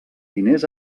diners